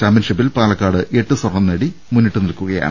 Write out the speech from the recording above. ചാമ്പ്യൻഷിപ്പിൽ പാലക്കാട് എട്ട് സ്വർണ്ണം നേടി മുന്നിട്ടു നിൽക്കുകയാണ്